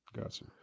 Gotcha